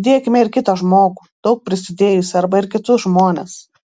įdėkime ir kitą žmogų daug prisidėjusį arba ir kitus žmones